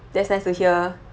that's nice to hear